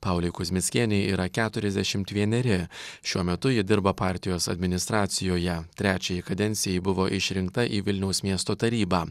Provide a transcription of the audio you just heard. paulei kuzmickienei yra keturiasdešimt vieneri šiuo metu ji dirba partijos administracijoje trečiajai kadencijai buvo išrinkta į vilniaus miesto tarybą